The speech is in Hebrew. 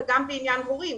וגם בעניין הורים.